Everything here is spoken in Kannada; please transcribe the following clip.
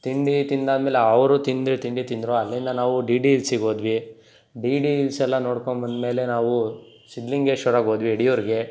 ತಿಂಡಿ ತಿಂದಾದ ಮೇಲೆ ಅವರು ತಿಂದರು ತಿಂಡಿ ತಿಂದರು ಅಲ್ಲಿಂದ ನಾವು ಡಿ ಡಿ ಇಲ್ಸಿಗೆ ಹೋದ್ವಿ ಡಿ ಡಿ ಇಲ್ಸ್ ಎಲ್ಲ ನೋಡ್ಕೊಂಬಂದಮೇಲೆ ನಾವು ಸಿದ್ಧಲಿಂಗೇಶ್ವರಕ್ಕೆ ಹೋದ್ವಿ ಯಡಿಯೂರಿಗೆ